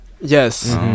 Yes